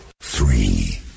three